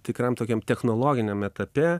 tikram tokiam technologiniam etape